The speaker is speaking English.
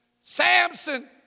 Samson